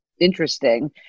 interesting